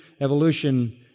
evolution